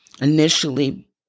initially